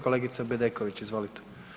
Kolegice Bedeković, izvolite.